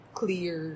clear